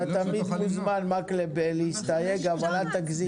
אתה תמיד מוזמן, מקלב, להסתייג, אבל אל תגזים.